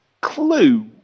Clue